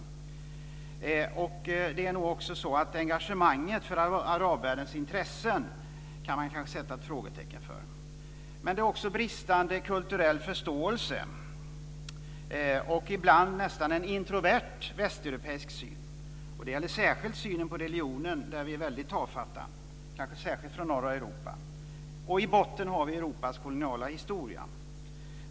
Man kan kanske även sätta ett frågetecken för engagemanget för arabvärldens intressen. Men det är också bristande kulturell förståelse och ibland nästan en introvert västeuropeisk syn, och det gäller särskilt synen på religionen där vi är väldigt tafatta, kanske särskilt i norra Europa. Och i botten har vi Europas koloniala historia.